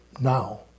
now